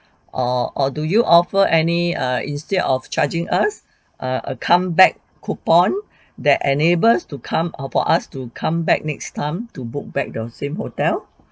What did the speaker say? or or do you offer any err instead of charging us err a come back coupon that enables to come for us to come back next time to book back the same hotel